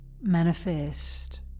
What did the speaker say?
manifest